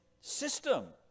system